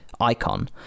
icon